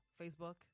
Facebook